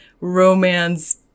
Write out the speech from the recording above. romance